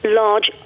large